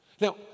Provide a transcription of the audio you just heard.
Now